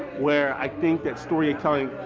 where i think that storytelling,